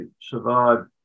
survived